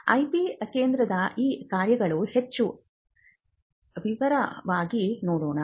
IP ಕೇಂದ್ರದ ಈ ಕಾರ್ಯಗಳನ್ನು ಹೆಚ್ಚು ವಿವರವಾಗಿ ನೋಡೋಣ